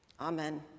Amen